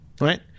right